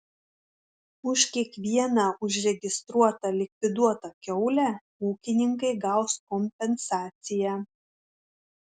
už kiekvieną užregistruotą likviduotą kiaulę ūkininkai gaus kompensaciją